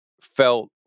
felt